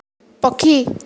ପକ୍ଷୀ